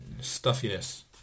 stuffiness